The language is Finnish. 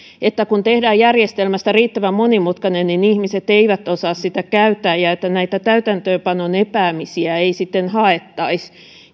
että kun tehdään järjestelmästä riittävän monimutkainen ihmiset eivät osaa sitä käyttää ja näitä täytäntöönpanon epäämisiä ei sitten haettaisi